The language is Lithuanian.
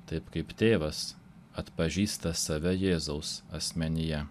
taip kaip tėvas atpažįsta save jėzaus asmenyje